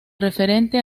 referente